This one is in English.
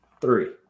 three